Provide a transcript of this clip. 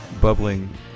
Bubbling